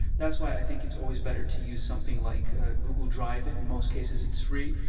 that's why i think it's always better to use something like google drive, in most cases it's free,